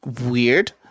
weird